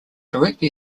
directly